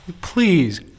please